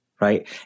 right